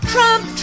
Trump